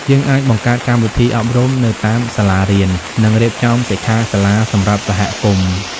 យើងអាចបង្កើតកម្មវិធីអប់រំនៅតាមសាលារៀន និងរៀបចំសិក្ខាសាលាសម្រាប់សហគមន៍។